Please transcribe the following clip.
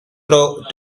through